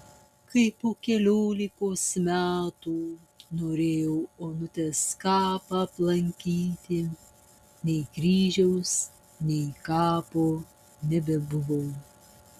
kai po keliolikos metų norėjau onutės kapą aplankyti nei kryžiaus nei kapo nebebuvo